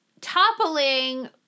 toppling